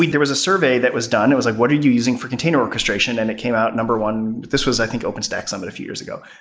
like there was a survey that was done, it was like, what are you using for container orchestration? and it came out number one. this was i think open stack but a few years ago.